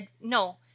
no